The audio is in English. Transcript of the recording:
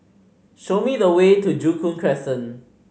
show me the way to Joo Koon Crescent